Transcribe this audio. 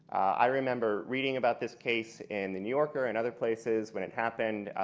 i remember reading about this case in the new yorker and other places when it happened.